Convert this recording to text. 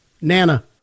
Nana